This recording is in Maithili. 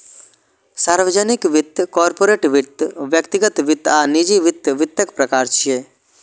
सार्वजनिक वित्त, कॉरपोरेट वित्त, व्यक्तिगत वित्त आ निजी वित्त वित्तक प्रकार छियै